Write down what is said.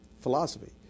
philosophy